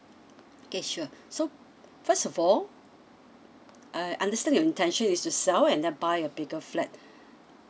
okay sure so first of all I understand your intention is to sell and then buy a bigger flat